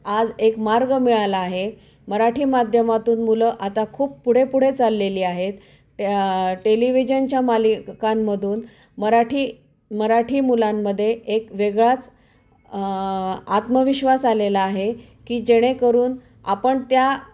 आज एक मार्ग मिळाला आहे मराठी माध्यमातून मुलं आता खूप पुढे पुढे चाललेली आहेत टे टेलिव्हिजनच्या मालिकांमधून मराठी मराठी मुलांमध्ये एक वेगळाच आत्मविश्वास आलेला आहे की जेणेकरून आपण त्या